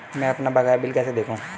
मैं अपना बकाया बिल कैसे देखूं?